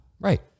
Right